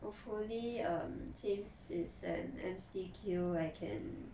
hopefully um since it's an M_C_Q I can